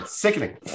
sickening